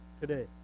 today